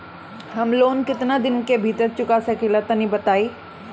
हम लोन केतना दिन के भीतर चुका सकिला तनि बताईं?